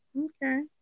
okay